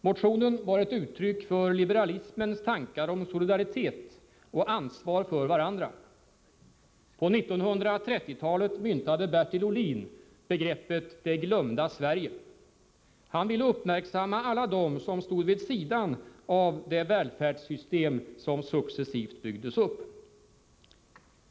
Motionen var ett uttryck för liberalismens tankar om solidaritet och ansvar för varandra. På 1930-talet myntade Bertil Ohlin begreppet ”Det glömda Sverige”. Han ville uppmärksamma alla dem som stod vid sidan av det välfärdssystem som successivt byggdes upp.